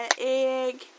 egg